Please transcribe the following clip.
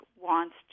wants